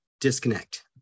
disconnect